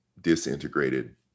disintegrated